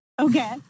Okay